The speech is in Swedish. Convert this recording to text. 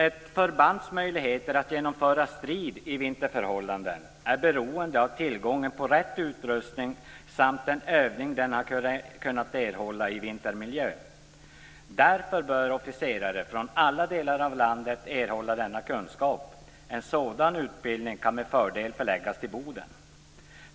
Ett förbands möjligheter att genomföra strid i vinterförhållanden är beroende av tillgång på rätt utrustning samt den övning som den har kunnat erhålla i vintermiljö. Därför bör officerare från alla delar av landet erhålla denna kunskap. En sådan utbildning kan med fördel förläggas till Boden.